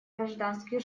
гражданских